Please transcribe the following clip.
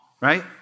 right